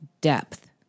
depth